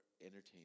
entertainment